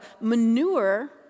manure